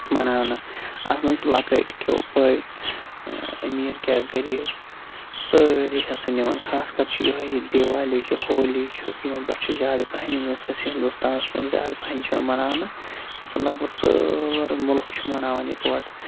مَناونہٕ اَتھ منٛز چھِ لَکٕٹۍ کیٚو بٔڑۍ أمیٖر کیاہ غریٖب سٲری حِصہٕ نِوان خاص کَر چھِ یِہوے یہِ دیوالی چھِ ہولی چھُ یِمَن پٮ۪ٹھ چھِ زیادٕ پَہَن یِم زَن سسہِ ہِندوستانَس منٛز زیادٕ پَہَن چھِ یِوان مَناونہٕ یِم زَن لگ بگ سٲرٕے مُلک چھِ مَناوان اِکوَٹ